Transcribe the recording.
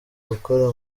gukora